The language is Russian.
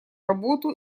работу